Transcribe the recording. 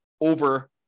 over